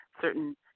certain